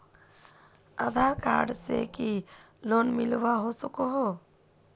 आधार card से की loan मिलवा सकोहो?